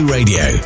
Radio